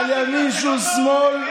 על ימין שהוא שמאל,